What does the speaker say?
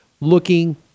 looking